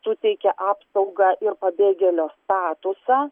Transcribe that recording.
suteikia apsaugą ir pabėgėlio statusą